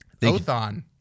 Othon